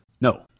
No